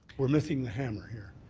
we're missing the harm here.